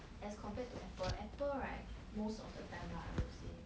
as compared to apple apple right most of the time lah I would say